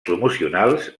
promocionals